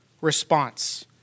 response